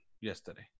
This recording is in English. yesterday